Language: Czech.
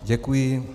Děkuji.